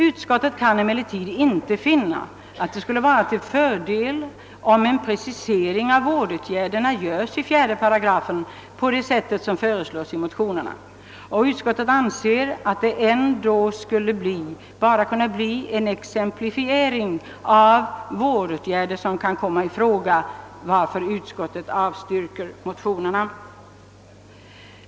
Utskottet kan emellertid inte finna, att det skulle vara till fördel om en precisering av vårdåtgärderna görs i 48 på det sätt som föreslås i motionerna.» Utskottet anser att det ändå bara skulle bli en exemplifiering av vårdåtgärder som kan komma i fråga och har därför avstyrkt motionsyrkandena.